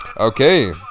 Okay